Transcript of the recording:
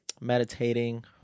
meditating